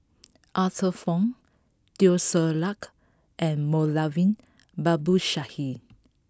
Arthur Fong Teo Ser Luck and Moulavi Babu Sahib